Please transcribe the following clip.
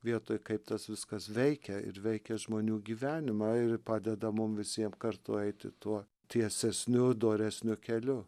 vietoj kaip tas viskas veikia ir veikia žmonių gyvenimą ir padeda mum visiem kartu eiti tuo tiesesniu doresniu keliu